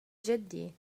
جدي